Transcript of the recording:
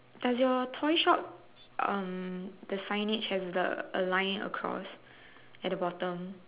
does your toy shop um the signage has the a line across at the bottom